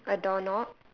a door knob